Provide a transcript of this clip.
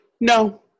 no